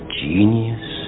genius